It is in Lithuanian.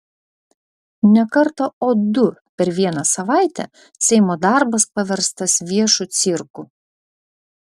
ne kartą o du per vieną savaitę seimo darbas paverstas viešu cirku